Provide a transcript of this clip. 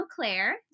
Claire